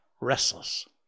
restless